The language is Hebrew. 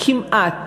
כמעט